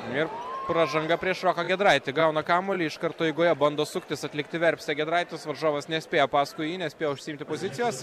ir pražanga prieš roką giedraitį gauna kamuolį iš karto eigoje bando suktis atlikti verpstę giedraitis varžovas nespėja paskui jį nespėja užsiimti pozicijos